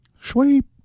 Sweep